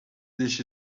this